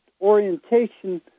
orientation